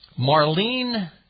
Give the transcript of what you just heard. Marlene